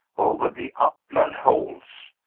over the upland holds.